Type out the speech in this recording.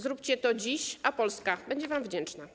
Zróbcie to dziś, a Polska będzie wam wdzięczna.